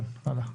כן, הלאה.